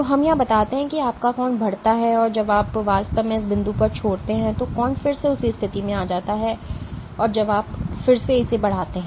तो हम यहां बताते हैं कि आपका कोण बढ़ता है और जब आप वास्तव में इस बिंदु पर छोड़ते हैं तो कोण फिर से उसी स्थिति में आ जाता है जब आप फिर से इसे बढ़ाते हैं